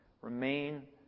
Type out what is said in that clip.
remain